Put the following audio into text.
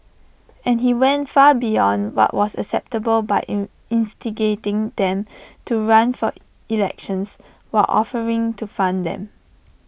and he went far beyond what was acceptable by in instigating them to run for elections while offering to fund them